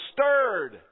stirred